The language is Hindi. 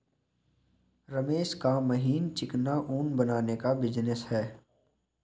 रमेश का महीन चिकना ऊन बनाने का बिजनेस है